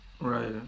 Right